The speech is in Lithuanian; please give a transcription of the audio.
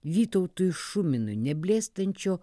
vytautui šuminui neblėstančio